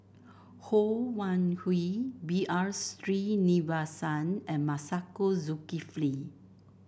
Ho Wan Hui B R Sreenivasan and Masagos Zulkifli